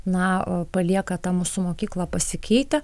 na palieka tą mūsų mokyklą pasikeitę